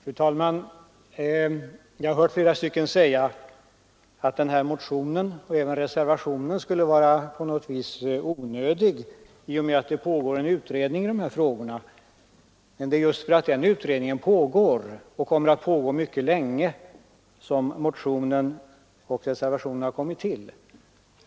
Fru talman! Jag har hört en del människor säga att den motion det här gäller liksom reservationen till utskottets betänkande är onödiga i och med att det pågår en utredning om dessa frågor. Men det är just för att den utredningen kan komma att pågå mycket länge som motionen och reservationen har kommit till.